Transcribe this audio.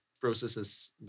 processes